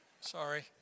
Sorry